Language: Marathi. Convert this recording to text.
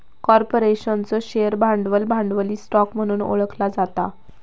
कॉर्पोरेशनचो शेअर भांडवल, भांडवली स्टॉक म्हणून ओळखला जाता